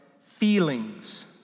feelings